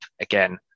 again